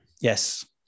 Yes